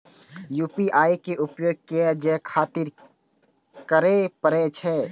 UPI के उपयोग किया चीज खातिर करें परे छे?